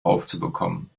aufzubekommen